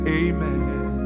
amen